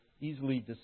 easily